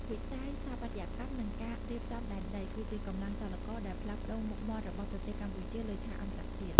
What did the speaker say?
វិស័យស្ថាបត្យកម្ម និងការរៀបចំដែនដី គឺជាកម្លាំងចលករដែលផ្លាស់ប្តូរមុខមាត់របស់ប្រទេសកម្ពុជាលើឆាកអន្តរជាតិ។